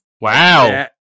Wow